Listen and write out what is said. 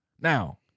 Now